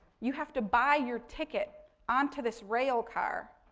you have to buy your ticket onto this rail car,